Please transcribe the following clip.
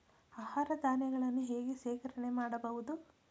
ಆಹಾರ ಧಾನ್ಯಗಳನ್ನು ಹೇಗೆ ಶೇಖರಣೆ ಮಾಡಬಹುದು?